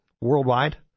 Worldwide